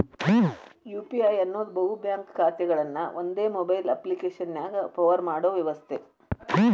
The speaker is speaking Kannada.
ಯು.ಪಿ.ಐ ಅನ್ನೋದ್ ಬಹು ಬ್ಯಾಂಕ್ ಖಾತೆಗಳನ್ನ ಒಂದೇ ಮೊಬೈಲ್ ಅಪ್ಪ್ಲಿಕೆಶನ್ಯಾಗ ಪವರ್ ಮಾಡೋ ವ್ಯವಸ್ಥೆ